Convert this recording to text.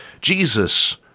Jesus